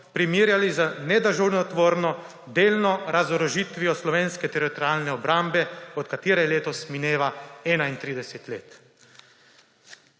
primerjali z nedržavotvorno delno razorožitvijo slovenske teritorialne obrambe, od katere letos mineva 31 let.